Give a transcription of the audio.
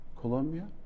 Colombia